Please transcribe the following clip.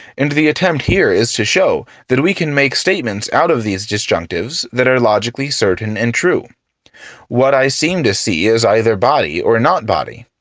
and the attempt here is to show that we can make statements out of these disjunctives that are logically certain and true what i seem to see is either body or not body.